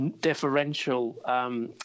deferential